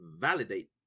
validate